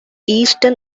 eastern